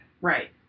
Right